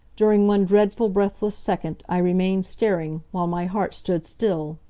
during one dreadful, breathless second i remained staring, while my heart stood still.